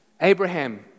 Abraham